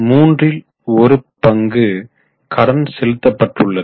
மூன்றில் ஒரு பங்கு கடன் செலுத்தப்பட்டுள்ளது